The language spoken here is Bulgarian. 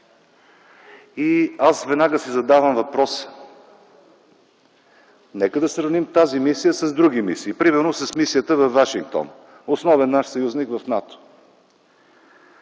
Аз веднага си казвам: Нека да сравним тази мисия с други мисии, примерно с тази във Вашингтон – основен наш съюзник в НАТО.